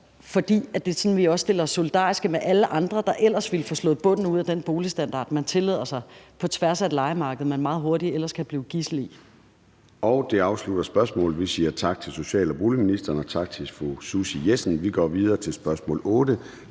sådan, vi stiller os solidariske med alle andre, der ellers ville få slået bunden ud af den boligstandard, man tillader sig på tværs af et lejemarked, og hvor de ellers meget hurtigt kan blive gidsler. Kl. 13:54 Formanden (Søren Gade): Det afslutter spørgsmålet, og vi siger tak til social- og boligministeren og tak til fru Susie Jessen. Vi går videre til spørgsmål nr.